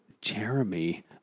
Jeremy